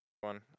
one